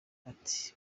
ati